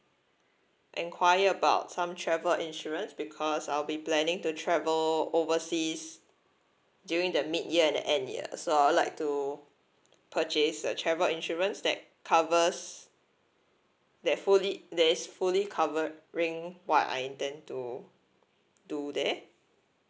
inquire about some travel insurance because I'll be planning to travel overseas during the mid year and the end year so I would like to purchase a travel insurance that covers that fully that is fully covering what I intend to do there